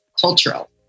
cultural